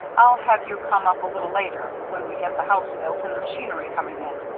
i'll have you come up a little later, when we get the house built and the machinery coming in.